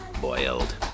boiled